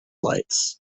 lights